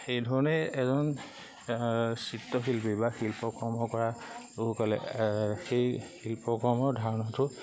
সেইধৰণেই এজন চিত্ৰশিল্পী বা শিল্পকৰ্ম কৰা লোকসকলে সেই শিল্পকৰ্মৰ ধাৰণাটো